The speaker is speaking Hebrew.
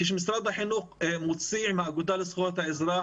כשמשרד החינוך מוציא עם האגודה לזכויות האזרח